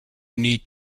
need